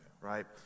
right